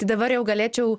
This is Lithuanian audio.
tai dabar jau galėčiau